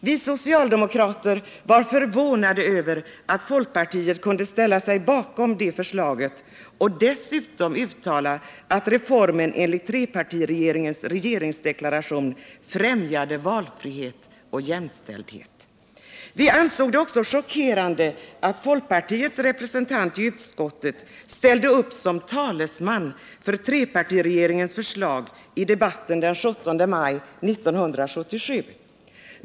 Vi socialdemokrater var förvånade över att folkpartiet kunde ställa sig bakom det förslaget och dessutom uttala att reformen enligt trepartiregeringens regeringsdeklaration främjade valfrihet och jämställdhet. Vi ansåg det också chockerande att folkpartiets representant i utskottet ställde upp som talesman för trepartiregeringens förslag i debatten den 17 maj 1977.